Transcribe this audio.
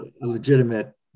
legitimate